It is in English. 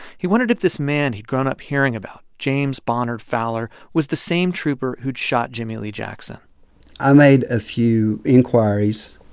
he wondered if this man he'd grown up hearing about, james bonard fowler, was the same trooper who'd shot jimmie lee jackson i made a few inquiries.